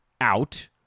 out